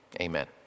Amen